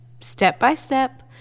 Step-by-step